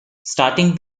starting